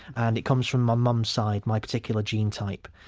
and it comes from my mum's side, my particular gene type,